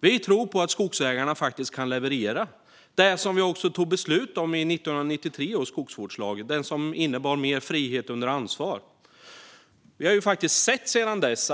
Vi tror på att skogsägarna faktiskt kan leverera det som vi tog beslut om i 1993 års skogsvårdslag, som innebar mer frihet under ansvar. Vi har sedan dess